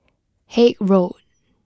Haig Road